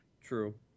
True